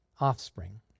offspring